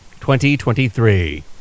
2023